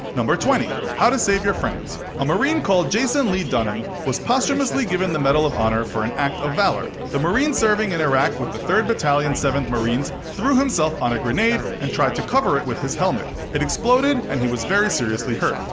twenty. how to save your friends a marine called jason lee dunham was posthumously given the medal of honor for an act of valor. the marine serving in iraq with the third battalion seventh marines threw himself on a grenade and tried to cover it with his helmet. it exploded and he was very seriously hurt.